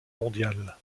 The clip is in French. mondiale